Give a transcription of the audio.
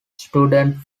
student